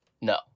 No